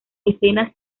escenas